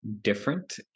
different